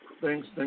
Thanks